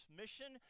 mission